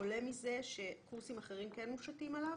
עולה מזה שקורסים אחרים כן מושתים עליו.